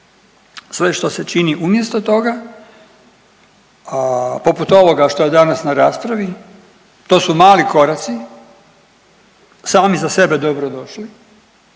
Sve što se čini umjesto toga, a poput ovoga što je danas na raspravi, to su mali koraci, sami za sebe dobrodošli,